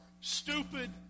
stupid